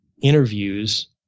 interviews